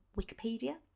Wikipedia